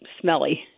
smelly